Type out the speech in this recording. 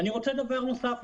אני רוצה להזכיר דבר נוסף.